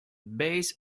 base